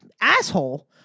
asshole